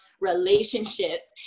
relationships